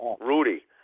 Rudy